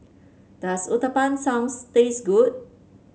does Uthapam sounds taste good